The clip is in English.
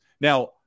Now